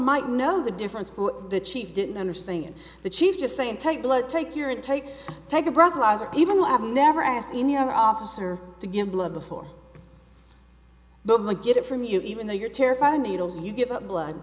might know the difference the chief didn't understand the chief just saying take blood take your intake take a breathalyzer even lab never asked any other officer to give blood before the get it from you even though you're terrified of needles you give up blood